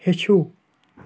ہیٚچھِو